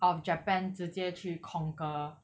of japan 直接去 conquer